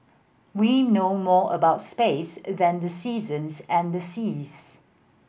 we know more about space than the seasons and the seas